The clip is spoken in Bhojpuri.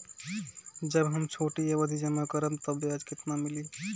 जब हम छोटी अवधि जमा करम त ब्याज केतना मिली?